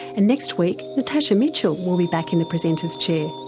and next week natasha mitchell will be back in the presenter's chair.